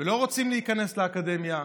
ולא רוצים להיכנס לאקדמיה,